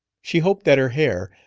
she hoped that her hair,